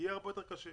יהיה הרבה יותר קשה.